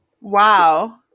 Wow